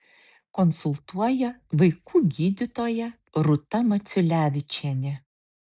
konsultuoja vaikų gydytoja rūta maciulevičienė